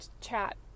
chat